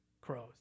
crows